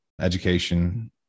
education